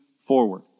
forward